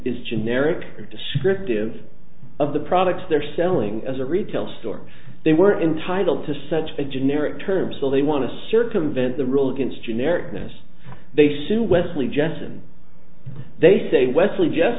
is generic descriptive of the products they're selling as a retail store they were entitle to such a generic term so they want to circumvent the rule against generic notice they sue wesley jessen they say wesley